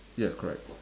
yes correct